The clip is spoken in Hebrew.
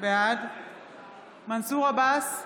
בעד מנסור עבאס,